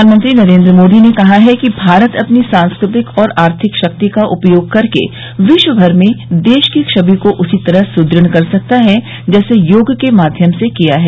प्रधानमंत्री नरेन्द्र मोदी ने कहा है कि भारत अपनी सांस्कृतिक और आर्थिक शक्ति का उपयोग करके विश्वभर में देश की छवि को उसी तरह सुदृढ कर सकता है जैसे योग के माध्यम से किया है